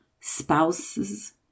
Spouses